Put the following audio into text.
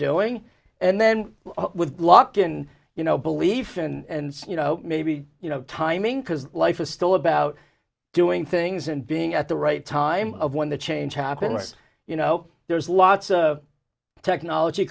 doing and then with luck in you know belief and you know maybe you know timing because life is still about doing things and being at the right time when the change happens you know there's lots of technology